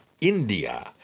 India